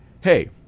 hey